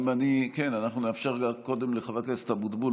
אנחנו נאפשר קודם לחבר הכנסת אבוטבול.